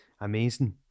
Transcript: Amazing